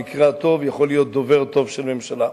במקרה הטוב יכול להיות דובר של ממשלה.